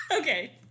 okay